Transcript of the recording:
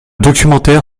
documentaire